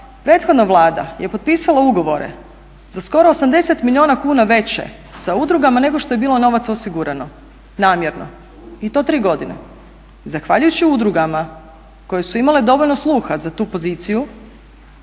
prethodna Vlada je potpisala ugovore za skoro 80 milijuna kuna veće sa udrugama nego što je bilo novaca osigurano, namjerno i to 3 godine. Zahvaljujući udrugama koje su imale dovoljno sluha za tu poziciju